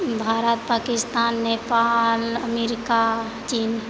Bharat Pakistan Nepal America चीन